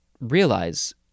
realize